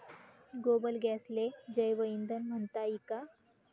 गोबर गॅसले जैवईंधन म्हनता ई का?